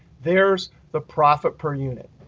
there's the profit per unit.